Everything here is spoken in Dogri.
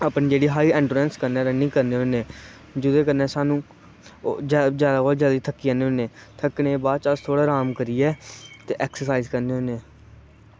अपनी जेह्ड़ी हाई एंटोरेंस कन्नै रनिंग करने होने जेह्दे कन्नै सानूं ओह् जादै कोला जादै थक्की जन्ने होने थक्कने दे बाद च अस थोह्ड़ा अराम करियै ते एक्सरसाईज़ करने होने